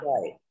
Right